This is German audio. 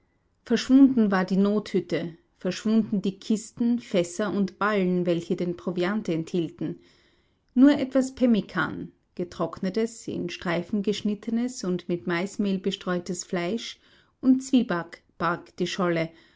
verschwunden war die nothütte verschwunden die kisten fässer und ballen welche den proviant enthielten nur etwas pemmikan getrocknetes in streifen geschnittenes und mit maismehl bestreutes fleisch und zwieback barg die scholle